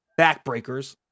backbreakers